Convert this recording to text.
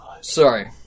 Sorry